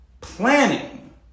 planning